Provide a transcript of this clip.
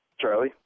Charlie